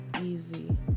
easy